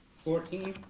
fourteen.